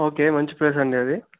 okay మంచి place అండి అది